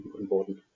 important